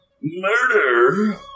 Murder